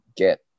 Get